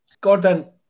Gordon